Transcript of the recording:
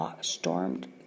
stormed